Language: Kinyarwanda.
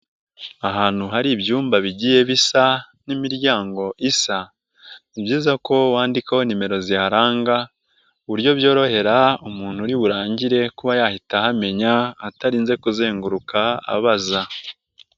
Ahantu hari ibyumba bigiye bisa n'imiryango isa, ni byiza ko wandikaho nimero ziharanga ku buryo byorohera umuntu uriburangire kuba yahita ahamenya atarinze kuzenguruka abaza.